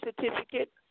certificate